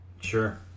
Sure